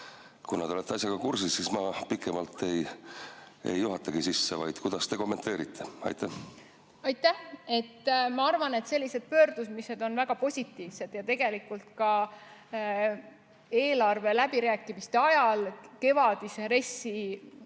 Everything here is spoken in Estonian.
Kuna te olete asjaga kursis, siis ma pikemalt ei juhatagi sisse, vaid küsin: kuidas te kommenteerite? Aitäh! Ma arvan, et sellised pöördumised on väga positiivsed. Tegelikult ka eelarveläbirääkimiste ajal, kevadise